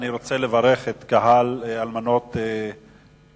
אני רוצה לברך את קהל אלמנות צה"ל,